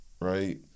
right